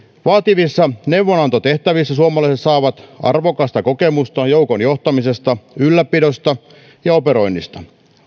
vaativissa neuvonantotehtävissä suomalaiset saavat arvokasta kokemusta joukon johtamisesta ylläpidosta ja operoinnista